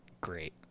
great